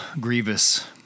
grievous